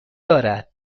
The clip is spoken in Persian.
دارد